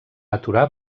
aturar